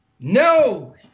No